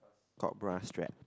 got bra strap